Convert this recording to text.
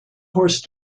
horse